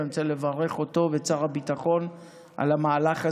ואני רוצה לברך אותו ואת שר הביטחון על המהלך הזה,